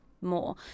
more